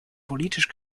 politisch